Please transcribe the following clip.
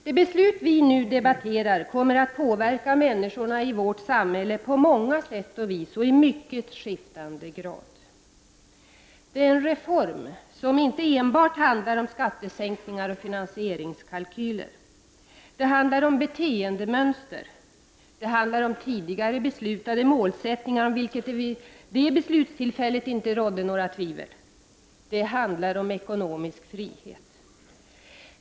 Det beslut vi nu debatterar kommer att påverka människorna i vårt samhälle på många sätt och vis och i mycket skiftande grad. Det är en reform som inte enbart handlar om skattesänkningar och finansieringskalkyler. Det handlar om beteendemönster, det handlar om tidigare beslutade målsättningar, om vilket det vid det beslutstillfället inte rådde några tvivel, det handlar om ekonomisk frihet.